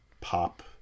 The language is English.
pop